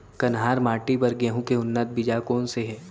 कन्हार माटी बर गेहूँ के उन्नत बीजा कोन से हे?